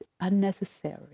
unnecessary